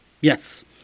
yes